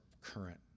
current